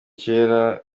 kera